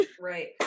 Right